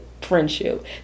friendship